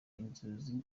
inzuzi